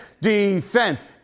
defense